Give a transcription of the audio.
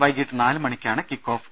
വൈകീട്ട് നാല് മണിക്കാണ് കിക്കോഫ്